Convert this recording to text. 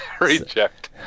reject